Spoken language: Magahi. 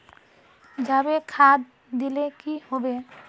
जाबे खाद दिले की होबे?